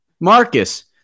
Marcus